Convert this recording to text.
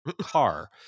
car